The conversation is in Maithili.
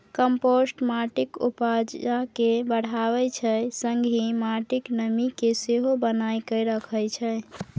कंपोस्ट माटिक उपजा केँ बढ़ाबै छै संगहि माटिक नमी केँ सेहो बनाए कए राखै छै